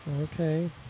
Okay